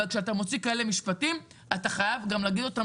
אבל כשאתה מוציא כאלה משפטים אתה חייב להגיד אותם